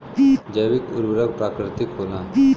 जैविक उर्वरक प्राकृतिक होला